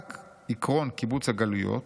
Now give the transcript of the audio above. רק עקרון קיבוץ הגלויות,